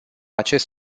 acest